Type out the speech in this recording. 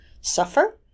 suffer